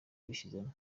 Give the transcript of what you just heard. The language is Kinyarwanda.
yabishyizemo